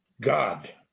God